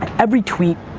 every tweet,